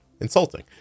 insulting